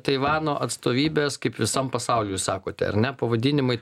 taivano atstovybės kaip visam pasauly jūs sakote ar ne pavadinimai